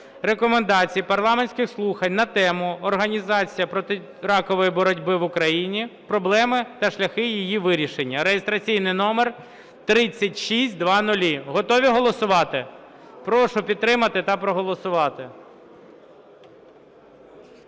Рекомендації парламентських слухань на тему: "Організація протиракової боротьби в Україні. Проблеми та шляхи їх вирішення" (реєстраційний номер 3600). Готові голосувати? Прошу підтримати та проголосувати.